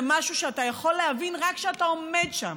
משהו שאתה יכול להבין רק כשאתה עומד שם,